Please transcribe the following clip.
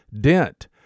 Dent